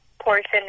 portion